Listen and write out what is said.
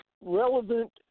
relevant